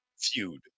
feud